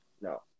No